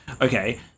okay